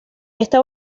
está